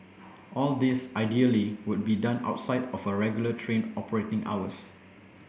all this ideally would be done outside of regular train operating hours